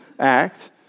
act